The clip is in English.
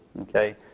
okay